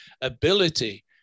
ability